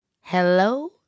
Hello